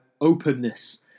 openness